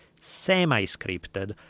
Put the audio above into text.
semi-scripted